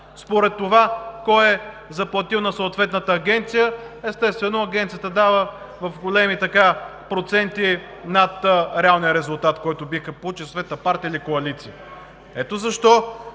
според това кой е заплатил на съответната агенция, естествено агенцията дава в големи проценти над реалния резултат, който биха получили съответната партия или коалиция. Ето защо